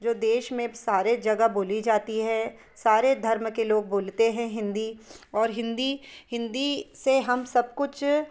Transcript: जो देश में सारे जगह बोली जाती है सारे धर्म के लोग बोलते हैं हिंदी और हिंदी हिंदी से हम सब कुछ